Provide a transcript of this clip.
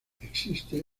existe